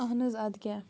اَہن حظ اَدٕ کیٛاہ